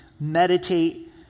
meditate